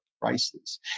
prices